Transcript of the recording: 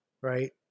right